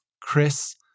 Chris